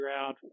out